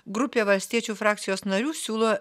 grupė valstiečių frakcijos narių siūlo